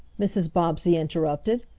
mrs. bobbsey interrupted.